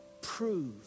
prove